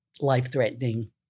life-threatening